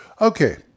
Okay